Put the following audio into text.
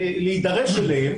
להידרש אליהם